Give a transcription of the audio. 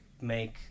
make